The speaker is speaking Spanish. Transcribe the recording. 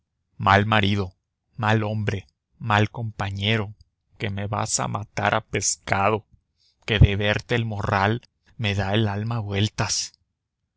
mal marido mal hombre mal compañero que me vas a matar a pescado que de verte el morral me da el alma vueltas